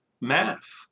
math